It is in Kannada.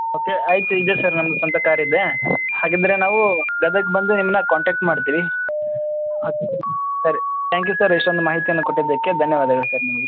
ಓಕೆ ಆಯಿತು ಇದೆ ಸರ್ ನಮ್ಮದು ಸ್ವಂತ ಕಾರ್ ಇದೆ ಹಾಗಿದ್ದರೆ ನಾವು ಗದಗ ಬಂದು ನಿಮ್ಮನ್ನ ಕಾಂಟಾಕ್ಟ್ ಮಾಡ್ತೀವಿ ಸರಿ ತ್ಯಾಂಕ್ ಯು ಸರ್ ಇಷ್ಟೊಂದು ಮಾಹಿತಿಯನ್ನು ಕೊಟ್ಟಿದ್ದಕ್ಕೆ ಧನ್ಯವಾದಗಳು ಸರ್ ನಿಮಗೆ